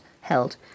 held